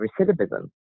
recidivism